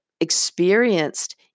experienced